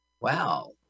Wow